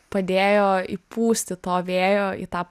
padėjo įpūsti to vėjo į tą